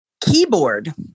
keyboard